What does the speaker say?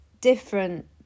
different